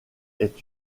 est